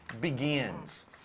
begins